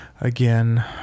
Again